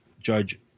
Judge